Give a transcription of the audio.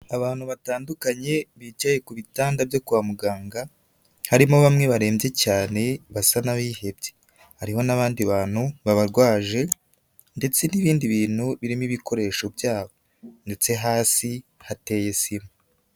Abantu batandukanye bicaye ku bitanda byo kwa muganga, harimo bamwe barmbye cyane basa n'abihebye, hariho n'abandi bantu babarwaje ndetse n'ibindi bintu birimo ibikoresho byabo ndetse hasi hateye sima.